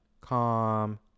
Calm